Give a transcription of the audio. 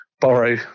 borrow